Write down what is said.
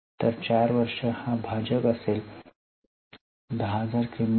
तर 4 हा आपला भाजक असेल 10000 किंमत आहे